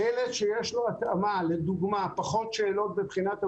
ילד שיש לו למשל התאמה של פחות שאלות בבחינת הבגרות,